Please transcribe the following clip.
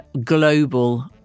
global